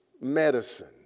medicine